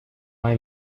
hay